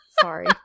Sorry